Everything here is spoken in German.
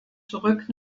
zurück